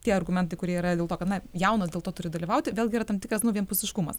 tie argumentai kurie yra dėl to kad na jaunas dėl to turi dalyvauti vėlgi yra tam tikras nu vienpusiškumas